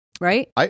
right